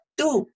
two